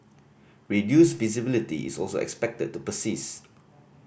reduced visibility is also expected to persist